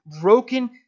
Broken